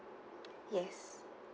yes